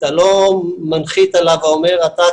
אתה לא מנחית עליו ואומר: אתה,